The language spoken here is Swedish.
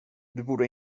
borde